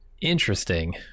Interesting